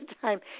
time